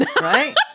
right